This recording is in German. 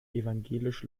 evangelisch